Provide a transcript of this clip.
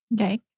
Okay